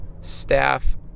staff